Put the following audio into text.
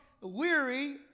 weary